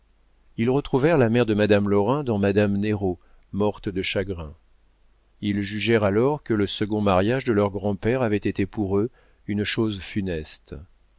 ils retrouvèrent la mère de madame lorrain dans madame néraud morte de chagrin ils jugèrent alors que le second mariage de leur grand-père avait été pour eux une chose funeste